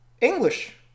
English